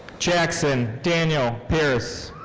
jackson daniel pearce.